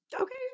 Okay